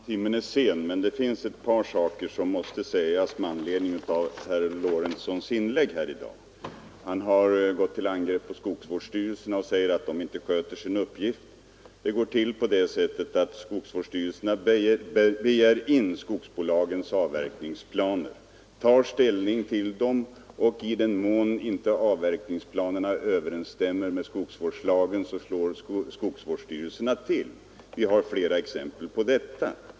Herr talman! Timmen är sen, men ett par saker måste sägas med anledning av herr Lorentzons inlägg. Han har gått till angrepp på skogsvårdsstyrelserna och påstår att de inte sköter sin uppgift. Det går till på det sättet att skogsvårdsstyrelserna begär in skogsbolagens avverkningsplaner, tar ställning till dem, och i den mån avverkningsplanerna inte stämmer överens med skogsvårdslagen slår skogsvårdsstyrelserna till. Vi har flera exempel på detta.